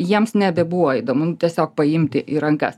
jiems nebebuvo įdomu tiesiog paimti į rankas